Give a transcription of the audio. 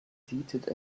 seated